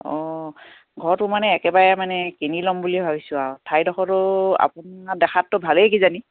অঁ ঘৰটো মানে একেবাৰে মানে কিনি ল'ম বুলি ভাবিছোঁ আৰু ঠাইডোখৰতো আপোনাৰ দেখাততো ভালেই কিজানি